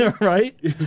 Right